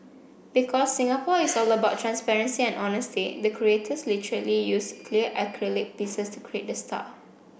because Singapore is all about transparency and honesty the creators literally used clear acrylic pieces to create the star